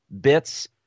bits